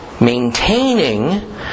Maintaining